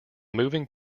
moving